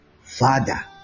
Father